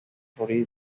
florida